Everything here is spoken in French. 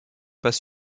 base